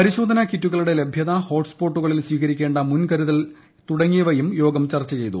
പരിശോധനാ കിറ്റുകളുടെ ലഭൃത ഹോട്ട്സ്പോട്ടുകളിൽ സ്വീകരിക്കേണ്ട മുൻകരുതൽ തുടങ്ങിയവയും ചർച്ച ചെയ്തു